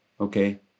okay